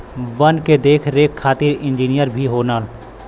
वन के देख रेख खातिर इंजिनियर भी होलन